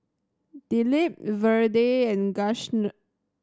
Dilip Vedre and